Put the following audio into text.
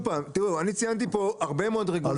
אני ציינתי פה הרבה מאוד רגולציה,